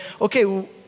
okay